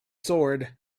sword